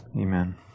Amen